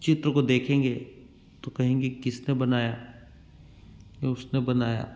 चित्र को देखेंगे तो कहेंगे किसने बनाया उसने बनाया